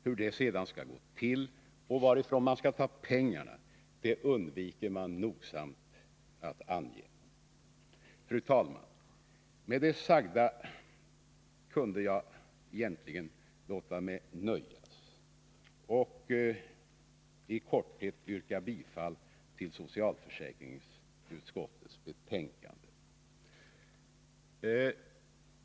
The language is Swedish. Hur det sedan skall gå till och varifrån man skall ta pengarna undviker man nogsamt att ange. Fru talman! Med det sagda kunde jag egentligen låta mig nöjas och i korthet yrka bifall till socialförsäkringsutskottets hemställan.